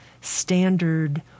standard